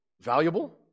Valuable